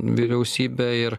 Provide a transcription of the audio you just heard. vyriausybė ir